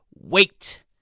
wait